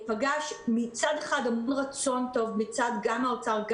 פגש מצד אחד המון רצון טוב מצד האוצר,